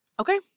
Okay